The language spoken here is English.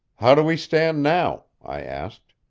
how do we stand now? i asked.